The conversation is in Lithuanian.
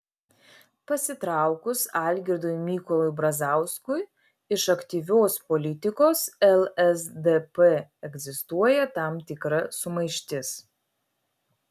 pasitraukus algirdui mykolui brazauskui iš aktyvios politikos lsdp egzistuoja tam tikra sumaištis